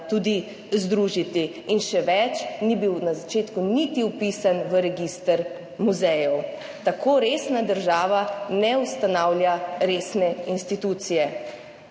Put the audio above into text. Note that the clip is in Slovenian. tudi združili. In še več, na začetku ni bil niti vpisan v register muzejev. Tako resna država ne ustanavlja resne institucije.